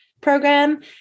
program